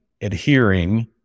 adhering